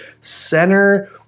center